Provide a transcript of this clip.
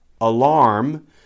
Alarm